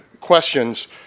questions